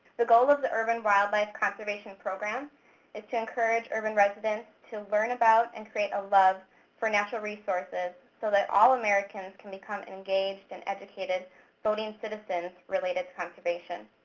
the goal of the urban wildlife conservation program is to encourage urban residents to learn about, and create a love for, natural resources. so that all americans can become engaged and educated voting citizens, related to conservation.